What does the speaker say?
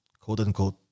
quote-unquote